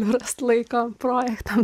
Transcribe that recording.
rast laiko projektam